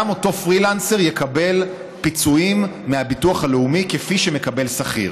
אותו פרילנסר יקבל פיצויים מהביטוח הלאומי כפי שמקבל שכיר,